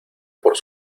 por